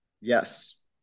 Yes